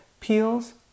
Peels